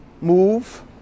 move